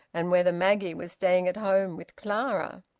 and whether maggie was staying at home with clara.